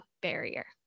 barrier